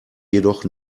jedoch